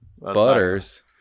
Butters